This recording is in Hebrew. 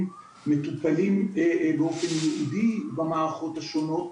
מטופלים באופן ייעודי במערכות השונות,